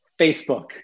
Facebook